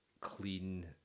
clean